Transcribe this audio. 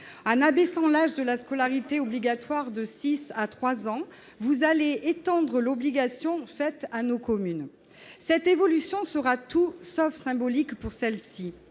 En abaissant l'âge de la scolarité obligatoire de six ans à trois ans, vous allez étendre l'obligation faite à nos communes. Cette évolution sera tout sauf symbolique pour celles-ci.